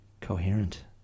coherent